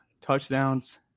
touchdowns